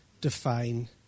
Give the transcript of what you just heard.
define